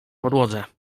podłodze